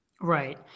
Right